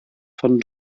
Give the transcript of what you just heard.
von